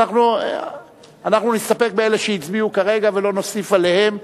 אנחנו נסתפק באלה שהצביעו כרגע ולא נוסיף עליהם,